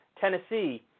Tennessee